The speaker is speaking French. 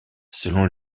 selon